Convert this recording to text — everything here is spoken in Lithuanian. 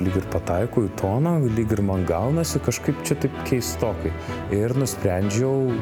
lyg ir pataikau į toną lyg ir man gaunasi kažkaip čia taip keistokai ir nusprendžiau